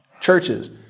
churches